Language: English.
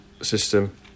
system